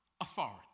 authority